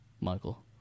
Michael